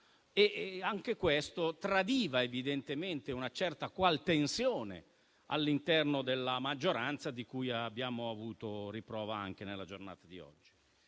anche questo tradiva evidentemente una certa qual tensione all'interno della maggioranza, di cui abbiamo avuto riprova nella giornata di oggi.